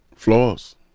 Flaws